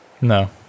No